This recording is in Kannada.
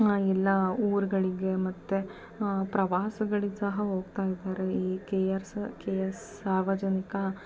ಎಲ್ಲ ಊರುಗಳಿಗೆ ಮತ್ತು ಪ್ರವಾಸಗಳಿಗೆ ಸಹ ಹೋಗ್ತಾ ಇದ್ದಾರೆ ಈ K R S K S ಸಾರ್ವಜನಿಕ